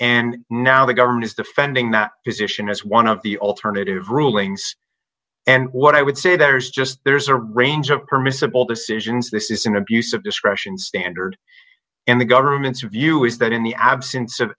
and now the government is defending that position as one of the alternative rulings and what i would say there's just there's a range of permissible decisions this is an abuse of discretion standard and the government's view is that in the absence of